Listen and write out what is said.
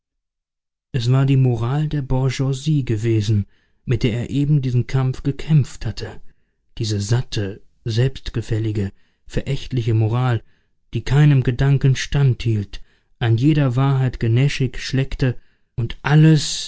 es war die moral der bourgeoisie gewesen mit der er eben diesen kampf gekämpft hatte diese satte selbstgefällige verächtliche moral die keinem gedanken stand hielt an jeder wahrheit genäschig schleckte und alles